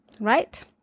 right